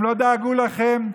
הם לא דאגו לכם.